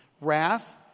wrath